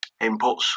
inputs